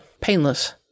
painless